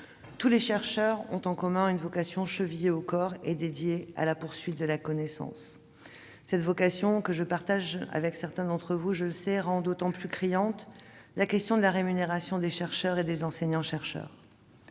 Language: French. Tous les chercheurs ont en commun une vocation chevillée au corps et dédiée à l'exploration de la connaissance. Cette vocation, que je partage avec certains d'entre vous, rend d'autant plus criante la question de la rémunération des chercheurs et des enseignants-chercheurs.